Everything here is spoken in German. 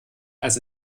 als